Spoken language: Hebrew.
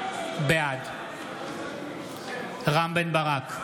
בעד רם בן ברק,